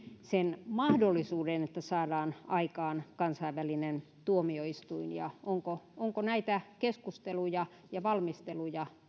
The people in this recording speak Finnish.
sen mahdollisuuden että saadaan aikaan kansainvälinen tuomioistuin ja onko onko näitä keskusteluja ja valmisteluja